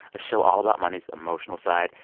a show all about money's emotional side,